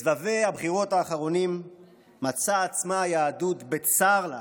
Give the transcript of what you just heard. בסבבי הבחירות האחרונים מצאה עצמה היהדות, בצר לה,